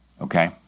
Okay